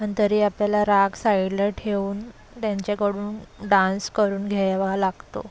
पण तरी आपल्याला राग साइडला ठेवून त्यांच्याकडून डांस करून घ्यावा लागतो